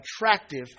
attractive